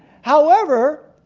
however,